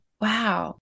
Wow